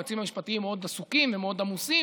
היועצים המשפטיים מאוד עסוקים ומאוד עמוסים,